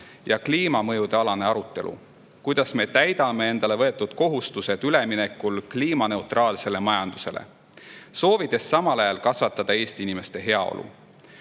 ja kliimamõjude üle: kuidas me täidame endale võetud kohustused üleminekul kliimaneutraalsele majandusele, soovides samal ajal kasvatada Eesti inimeste heaolu?